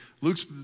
Luke's